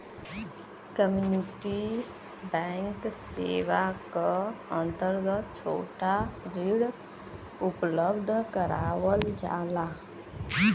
community bank सेवा क अंतर्गत छोटा ऋण उपलब्ध करावल जाला